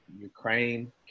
Ukraine